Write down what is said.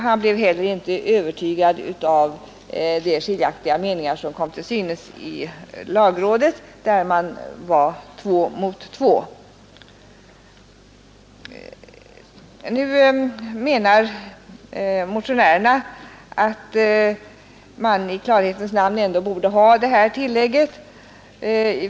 Han blev heller inte övertygad av de skiljaktiga meningar som kom till synes i lagrådet, där man var två mot två. Nu menar motionärerna som sagt att man i klarhetens namn ändå borde ha det här tillägget.